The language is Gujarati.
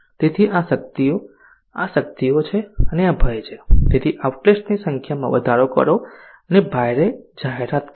તેથી આ શક્તિઓ આ શક્તિઓ છે અને આ ભય છે તેથી આઉટલેટ્સની સંખ્યામાં વધારો કરો અને ભારે જાહેરાત કરો